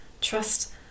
Trust